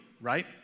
right